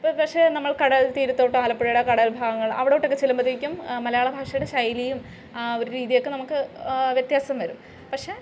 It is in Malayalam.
ഇപ്പോൾ പക്ഷേ നമ്മൾ കടൽ തീരത്തോട്ട് ആലപ്പുഴയുടെ കടൽ ഭാഗങ്ങൾ അവിടോട്ടൊക്കെ ചെല്ലുമ്പോഴേക്കും മലയാള ഭാഷയുടെ ശൈലിയും ആ ഒരു രീതിയൊക്കെ നമുക്ക് വ്യത്യാസം വരും പക്ഷെ